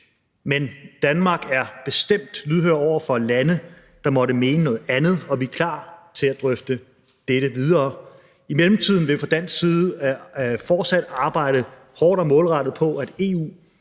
men Danmark er bestemt lydhør over for lande, der måtte mene noget andet, og vi er klar til at drøfte dette videre. I mellemtiden vil vi fra dansk side fortsat arbejde hårdt og målrettet på, at EU